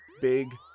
big